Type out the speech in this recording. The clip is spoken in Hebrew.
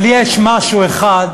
אבל יש משהו אחד,